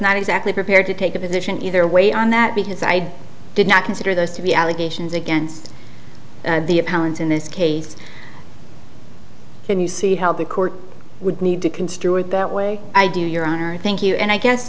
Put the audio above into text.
not exactly prepared to take a position either way on that because i did not consider those to be allegations against the apparent in this case can you see how the court would need to construe it that way i do your honor thank you and i guess